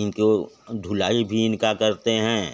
इनको ढुलाई भी इनका करते हैं